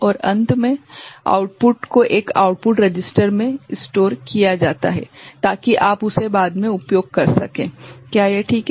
और अंत में आउटपुट को एक आउटपुट रजिस्टर में संग्रहीत किया जाता है ताकि आप इसे बाद में उपयोग कर सकें क्या यह ठीक है